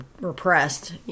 repressed